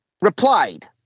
replied